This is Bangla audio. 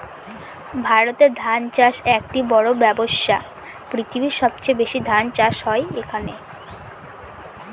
ভারতে ধান চাষ একটি বড়ো ব্যবসা, পৃথিবীর সবচেয়ে বেশি ধান চাষ এখানে হয়